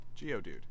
Geodude